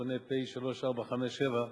המכונה פ/3457,